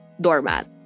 doormat